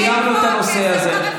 סיימנו את הנושא הזה.